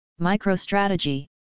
MicroStrategy